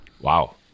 Wow